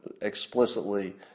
explicitly